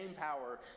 power